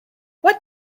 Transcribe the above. what